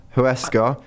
Huesca